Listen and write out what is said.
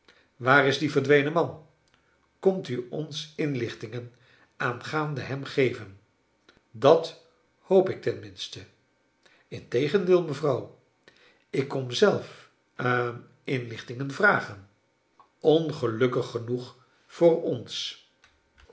waar is die verdwenen man komt u ons inlichtingen aangaande hem geven dat hoop ik ten minste integendeel mevrouw ik kom zelf hm inlichtingen vragen ongelukkig genoeg voor bns